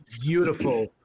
beautiful